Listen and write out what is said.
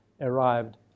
arrived